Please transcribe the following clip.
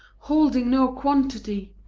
holding no quantity,